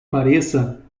pareça